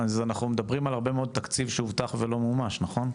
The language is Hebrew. אז אנחנו מדברים על הרבה מאוד תקציב שהובטח ולא מומש נכון?